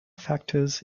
factors